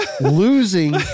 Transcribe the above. Losing